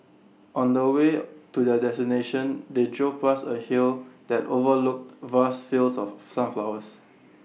on the way to their destination they drove past A hill that overlooked vast fields of sunflowers